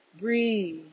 breathe